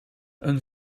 een